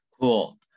cool